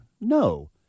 no